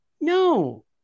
No